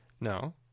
no